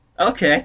Okay